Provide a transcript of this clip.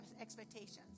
expectations